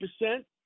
percent